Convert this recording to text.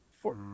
four